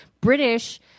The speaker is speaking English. British